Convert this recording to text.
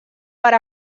per